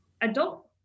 adult